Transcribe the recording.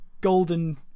golden